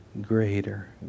greater